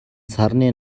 сарны